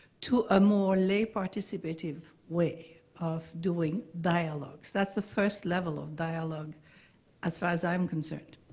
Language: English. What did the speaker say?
to a more lay participative way of doing dialogues? that's the first level of dialogue as far as i'm concerned.